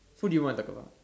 who do you want to talk about